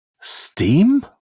Steam